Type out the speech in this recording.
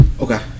Okay